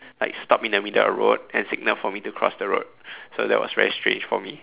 like stop in the middle of the road and signal for me to cross the road so that was very strange for me